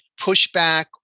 pushback